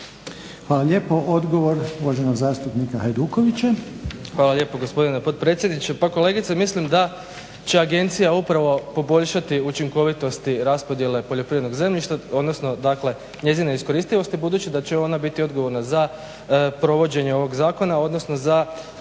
Hvala lijepo. Odgovor uvaženog zastupnika Hajdukovića. **Hajduković, Domagoj (SDP)** Hvala lijepo gospodine potpredsjedniče. Pa kolegice mislim da će agencija upravo poboljšati učinkovitosti raspodjele poljoprivrednog zemljišta, odnosno dakle njezine iskoristivosti budući da će ona biti odgovorna za provođenje ovog zakona, odnosno za